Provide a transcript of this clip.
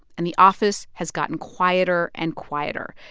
and the office has gotten quieter and quieter.